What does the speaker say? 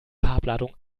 farbladung